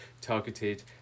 targeted